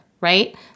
right